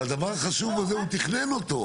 אבל הדבר החשוב הזה הוא תכנן אותו,